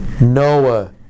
Noah